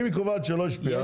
אם היא קובעת שלא השפיע,